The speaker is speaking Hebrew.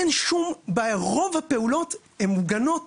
אין שום בעיה, רוב הפעולות הן מוגנות,